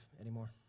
anymore